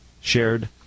shared